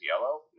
yellow